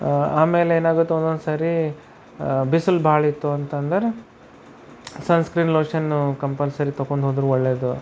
ಆಮೇಲೇನಾಗುತ್ತೆ ಒಂದೊಂದ್ಸರಿ ಬಿಸಿಲು ಭಾಳ ಇತ್ತು ಅಂತಂದರೆ ಸನ್ ಸ್ಕಿನ್ ಲೋಷನ್ನು ಕಂಪಲ್ಸರಿ ತೊಗೊಂಡು ಹೋದ್ರೆ ಒಳ್ಳೇದು